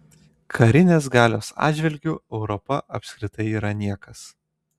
karinės galios atžvilgiu europa apskritai yra niekas